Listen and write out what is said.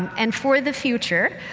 and for the future,